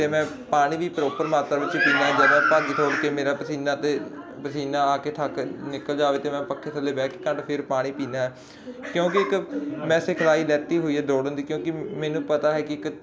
ਤੇ ਮੈਂ ਪਾਣੀ ਵੀ ਪ੍ਰੋਪਰ ਮਾਤਰ ਵਿੱਚ ਪੀਨਾ ਜਿਆਦਾ ਭੱਜ ਦੌੜ ਕੇ ਮੇਰਾ ਪਸੀਨਾ ਤੇ ਪਸੀਨਾ ਆ ਕੇ ਥੱਕ ਨਿਕਲ ਜਾਵੇ ਤੇ ਮੈਂ ਪੱਖੇ ਥੱਲੇ ਬਹਿ ਕੇ ਕੱਢ ਫਿਰ ਪਾਣੀ ਪੀਦਾ ਕਿਉਂਕਿ ਇੱਕ ਮੈਂ ਸਿਖਲਾਈ ਲੈਤੀ ਹੋਈ ਆ ਦੌੜਨ ਦੀ ਕਿਉਂਕਿ ਮੈਨੂੰ ਪਤਾ ਹੈ ਕਿ ਇੱਕ